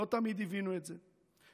לא תמיד הבינו את זה,